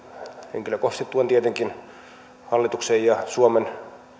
henkilökohtaisesti tuen tietenkin hallituksen ja suomen